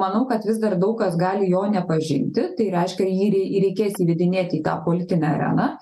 manau kad vis dar daug kas gali jo nepažinti tai reiškia jį jį reikės įvedinėti į tą politinę areną